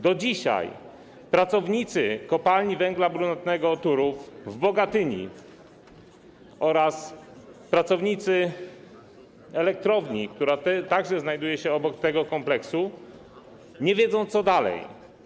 Do dzisiaj pracownicy Kopalni Węgla Brunatnego Turów w Bogatyni oraz pracownicy elektrowni, która także znajduje się obok tego kompleksu, nie wiedzą, co dalej.